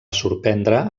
sorprendre